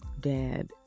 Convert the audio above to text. dad